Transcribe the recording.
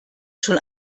schon